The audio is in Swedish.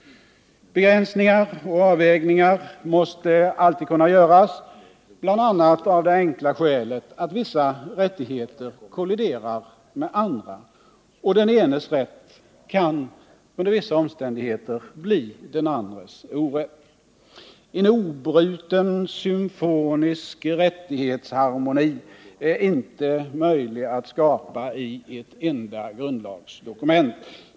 Begränsningar och avvägningar måste alltid kunna göras, bl.a. av det enkla skälet att vissa rättigheter kolliderar med andra. Den enes rätt kan under vissa omständigheter bli den andres orätt. En obruten symfonisk rättighetsharmoni är inte möjlig att skapa i ett enda grundlagsdokument.